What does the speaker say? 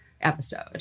episode